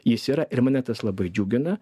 jis yra ir mane tas labai džiugina